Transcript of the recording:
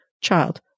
Child